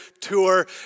tour